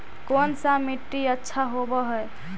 कोन सा मिट्टी अच्छा होबहय?